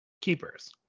keepers